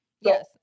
yes